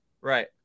Right